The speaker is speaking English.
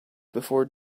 before